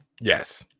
Yes